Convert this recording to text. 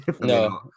no